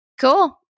cool